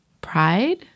Pride